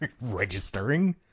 Registering